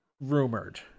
rumored